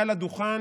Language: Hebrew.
מעל הדוכן,